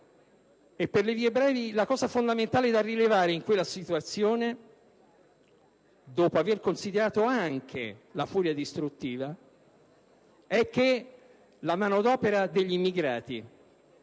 per le brevi, per cui l'aspetto fondamentale da rilevare in quella situazione, dopo avere considerato anche la furia distruttiva, è che la manodopera degli immigrati